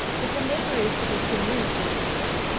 if a neighbour is to be communicated with,